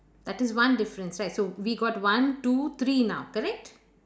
that is one difference right we got one two three now correct